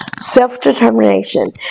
self-determination